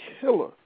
killer